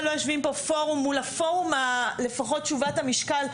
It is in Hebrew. לא יושבים פה פורום מול הפורום הלפחות תשובת המשקל,